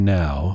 now